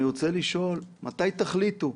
אני רוצה לשאול: מתי תחליטו?